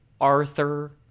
Arthur